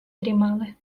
дрімали